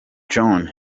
johnny